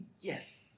yes